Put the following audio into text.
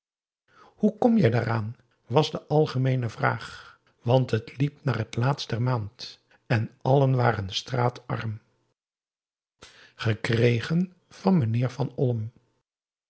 hoe kom jij daaraan was de algemeene vraag want het liep naar het laatst der maand en allen waren straatarm gekregen van meneer van olm